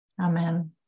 Amen